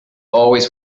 always